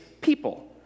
people